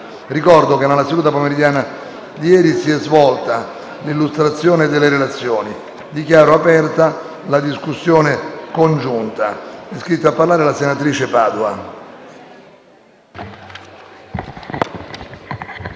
Ricordo che nella seduta pomeridiana di ieri i relatori hanno illustrato i documenti. Dichiaro aperta la discussione congiunta. È iscritta a parlare la senatrice Padua.